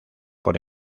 por